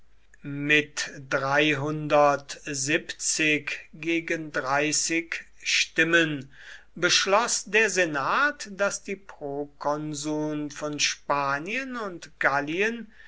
mit gegen stimmen beschloß der senat daß die prokonsuln von spanien und gallien